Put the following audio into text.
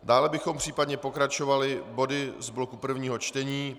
Dále bychom případně pokračovali body z bloku prvního čtení.